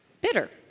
bitter